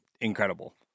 incredible